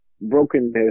brokenness